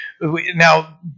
Now